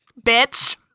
bitch